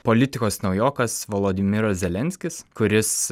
politikos naujokas vladimiras zelenskis kuris